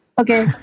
Okay